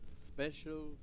special